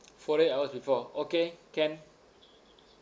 forty eight hours before okay can